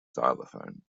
xylophone